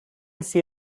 see